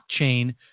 blockchain